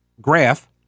graph